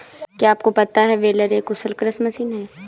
क्या आपको पता है बेलर एक कुशल कृषि मशीन है?